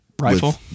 rifle